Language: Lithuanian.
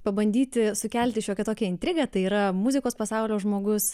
pabandyti sukelti šiokią tokią intrigą tai yra muzikos pasaulio žmogus